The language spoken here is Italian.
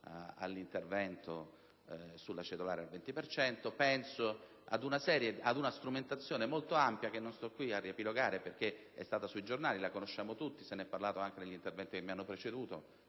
all'intervento sulla cedolare al 20 per cento. Penso ad una strumentazione molto ampia che non sto qui a riepilogare perché è stata illustrata sui giornali e se ne è parlato anche negli interventi che mi hanno preceduto.